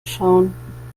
schauen